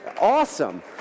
awesome